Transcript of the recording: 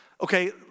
Okay